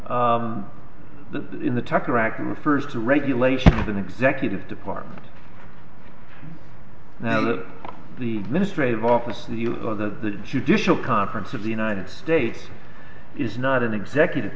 act in the first regulation is an executive department now that the ministry of office the or the judicial conference of the united states is not an executive